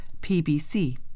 PBC